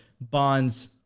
Bonds